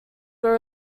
were